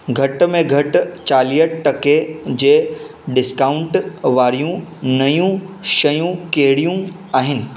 घटि में घटि चालीह टके जे डिस्काउंट वारियूं नयूं शयूं कहिड़ियूं आहिनि